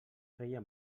feia